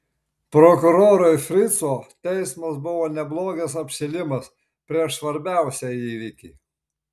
prokurorui frico teismas buvo neblogas apšilimas prieš svarbiausią įvykį